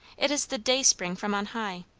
it is the dayspring from on high.